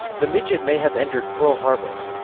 the midget may have entered pearl harbor.